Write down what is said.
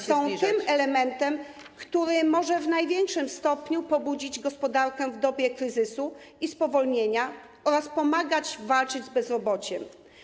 są tym elementem, który może w największym stopniu pobudzić gospodarkę w dobie kryzysu i spowolnienia oraz pomagać walczyć z bezrobociem.